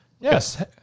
Yes